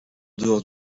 dehors